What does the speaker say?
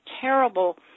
terrible